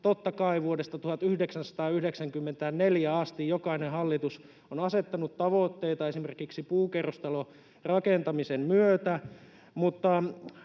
Totta kai vuodesta 1994 asti jokainen hallitus on asettanut tavoitteita, esimerkiksi puukerrostalorakentamisen myötä,